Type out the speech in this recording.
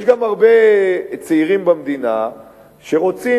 יש גם הרבה צעירים במדינה שרוצים,